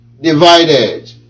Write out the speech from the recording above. divided